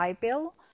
Bill